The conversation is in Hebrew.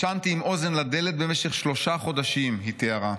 'ישנתי עם אוזן לדלת במשך שלושה חודשים', תיארה.